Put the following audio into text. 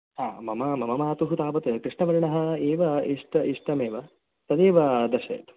हा मम मातुः तावत् कृष्णवर्णः एव इष्ट इष्टमेव तदेव दर्शयतु